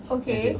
okay